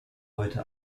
heute